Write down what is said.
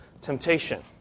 temptation